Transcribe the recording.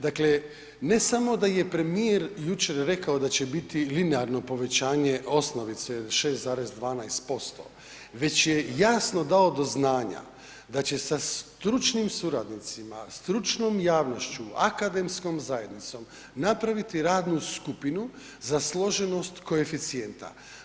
Dakle, ne samo da je premijer jučer rekao da će biti linearno povećanje osnovice 6,12% već je jasno dao do znanja da će sa stručnim suradnicima, stručnom javnošću, akademskom zajednicom napraviti radnu skupinu za složenost koeficijenta.